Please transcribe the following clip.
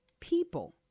People